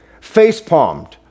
facepalmed